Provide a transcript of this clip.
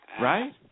right